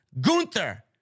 Gunther